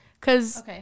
cause